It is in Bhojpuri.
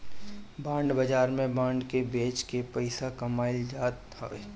बांड बाजार में बांड के बेच के पईसा कमाईल जात हवे